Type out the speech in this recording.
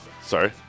Sorry